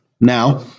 Now